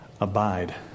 Abide